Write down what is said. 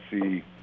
see